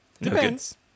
Depends